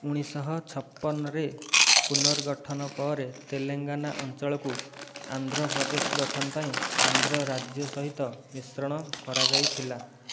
ଉଣେଇଶହ ଛପନରେ ପୁନର୍ଗଠନ ପରେ ତେଲେଙ୍ଗାନା ଅଞ୍ଚଳକୁ ଆନ୍ଧ୍ରପ୍ରଦେଶ ଗଠନ ପାଇଁ ଆନ୍ଧ୍ର ରାଜ୍ୟ ସହିତ ମିଶ୍ରଣ କରାଯାଇଥିଲା